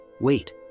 wait